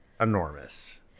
enormous